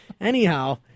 Anyhow